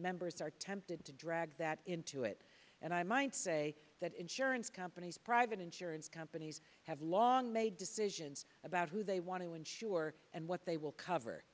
members are tempted to drag that into it and i might say that insurance companies private insurance companies have long made decisions about who they want to insure and what they will cover